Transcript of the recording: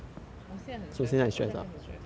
我现在很 stress 了我现在开始 stress 了